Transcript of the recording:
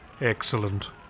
Excellent